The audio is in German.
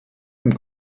dem